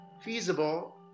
feasible